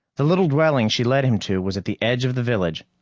the little dwelling she led him to was at the edge of the village,